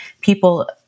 people